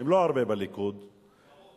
הם לא הרבה בליכוד, הרוב.